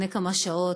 לפני כמה שעות,